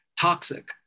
toxic